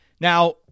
Now